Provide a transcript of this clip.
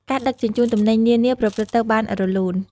ការដឹកជញ្ជូនទំនិញនានាប្រព្រឹត្តទៅបានរលូន។